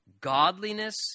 godliness